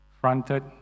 fronted